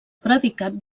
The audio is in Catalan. predicat